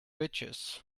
riches